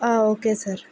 okay sir